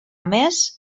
més